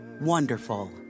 wonderful